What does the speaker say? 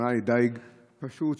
והכוונה לדיג פשוט,